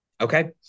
okay